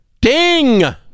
Ding